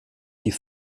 die